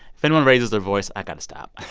if anyone raises their voice, i got to stop. i